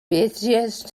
busiest